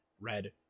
Red